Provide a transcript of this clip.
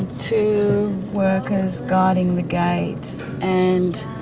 two workers guarding the gate, and